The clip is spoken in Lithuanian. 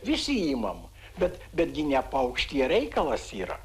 visi imam bet bet gi ne paukštyje reikalas yra